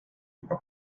juba